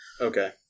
Okay